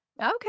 Okay